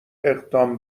اقدام